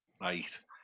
right